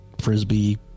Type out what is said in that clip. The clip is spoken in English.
frisbee